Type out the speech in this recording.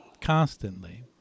constantly